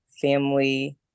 family